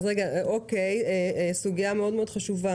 זו סוגיה מאוד חשובה,